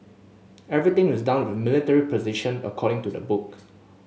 everything is done with military precision according to the book